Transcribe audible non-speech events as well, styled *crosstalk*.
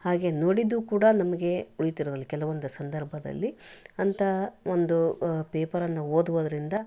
ಹಾಗೆ ನೋಡಿದ್ದೂ ಕೂಡ ನಮಗೆ *unintelligible* ಕೆಲವೊಂದು ಸಂದರ್ಭದಲ್ಲಿ ಅಂಥ ಒಂದು ಪೇಪರನ್ನು ಓದುವುದರಿಂದ